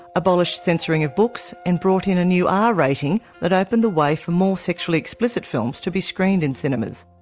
abolished censoring of books and brought in a new r rating that opened the way for more sexually explicit films to be screened in cinemas.